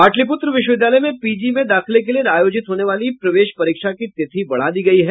पाटलिपुत्र विश्वविद्यालय में पीजी में दाखिले के लिये आयोजित होने वाली प्रवेश परीक्षा की तिथि बढ़ा दी गयी है